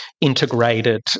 integrated